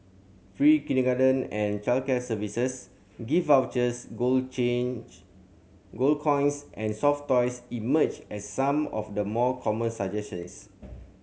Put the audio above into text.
free kindergarten and childcare services gift vouchers gold change gold coins and soft toys emerged as some of the more common suggestions